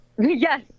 Yes